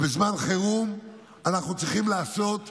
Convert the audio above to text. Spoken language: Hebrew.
בזמן חירום אנחנו צריכים לעשות דברים,